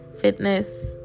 fitness